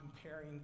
comparing